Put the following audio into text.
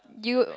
you